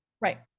Right